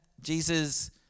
Jesus